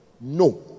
No